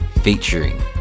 Featuring